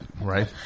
Right